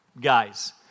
guys